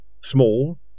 small